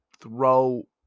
throw